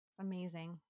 Amazing